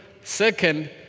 Second